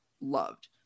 loved